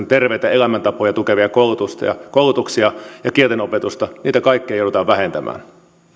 terveitä elämäntapoja tukevia koulutuksia ja kieltenopetusta kaikkia joudutaan vähentämään